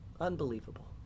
Unbelievable